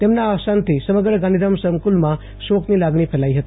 તેમના અવસાનથી સમગ્ર ગાંધીધામ સંકુલમાં શોકની લાગણી પ્રસરી હતી